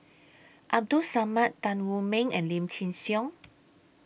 Abdul Samad Tan Wu Meng and Lim Chin Siong